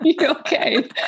Okay